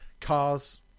Cars